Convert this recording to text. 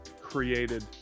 created